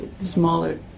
smaller